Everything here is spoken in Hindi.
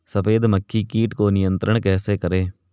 सफेद मक्खी कीट को नियंत्रण कैसे करें?